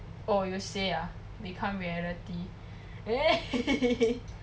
oh you will say ah become reality eh